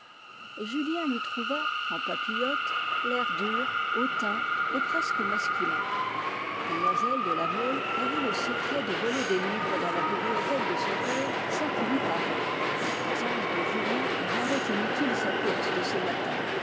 julien lui trouva en papillotes l'air dur hautain et presque masculin mlle de la mole avait le secret de voler des livres dans la bibliothèque de son père sans qu'il y parût la présence de julien rendait inutile sa course de ce matin